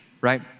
right